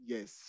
Yes